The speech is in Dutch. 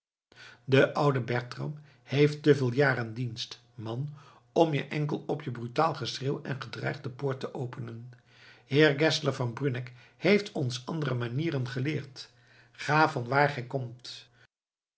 de oude bertram heeft te veel jaren dienst man om je enkel op je brutaal geschreeuw en gedreig de poort te openen heer geszler van bruneck heeft ons andere manieren geleerd ga vanwaar gij komt